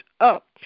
up